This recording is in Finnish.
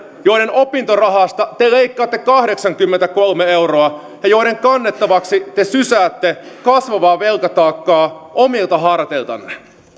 joiden opintorahasta te leikkaatte kahdeksankymmentäkolme euroa ja joiden kannettavaksi te sysäätte kasvavaa velkataakkaa omilta harteiltanne